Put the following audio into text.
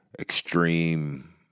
extreme